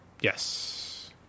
Yes